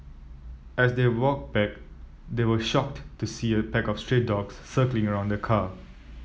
as they walked back they were shocked to see a pack of stray dogs circling around the car